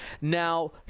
Now